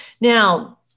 Now